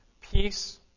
Peace